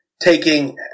taking